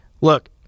Look